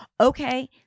okay